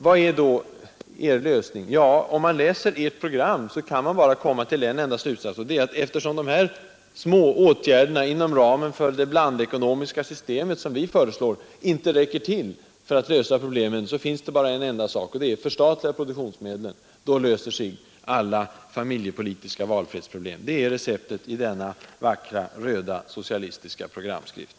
Vad är då er lösning? Om man läser ert program kan man bara komma till en enda slutsats: eftersom de små åtgärder inom ramen för det blandekonomiska systemet som vi föreslår inte räcker till för att lösa problemen, finns bara en enda utväg, nämligen att förstatliga produktionsmedlen — då löser sig alla familjepolitiska valfrihetsproblem. Det är receptet i denna vackra röda socialistiska programskrift.